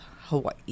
Hawaii